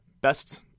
best